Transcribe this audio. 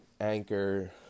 Anchor